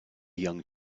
young